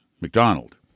McDonald